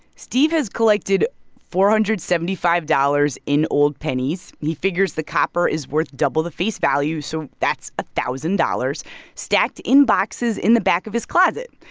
steve has collected four hundred and seventy five dollars in old pennies. he figures the copper is worth double the face value, so that's a thousand dollars stacked in boxes in the back of his closet.